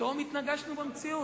פתאום התנגשנו במציאות.